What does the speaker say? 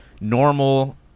normal